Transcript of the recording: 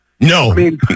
No